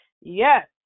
Yes